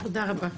תודה רבה,